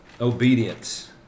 obedience